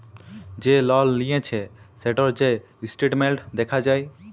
যে লল লিঁয়েছে সেটর যে ইসট্যাটমেল্ট দ্যাখা যায়